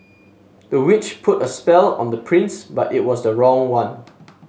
the witch put a spell on the prince but it was the wrong one